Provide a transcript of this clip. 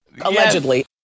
Allegedly